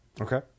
Okay